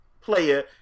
player